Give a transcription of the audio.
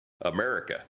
America